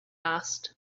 asked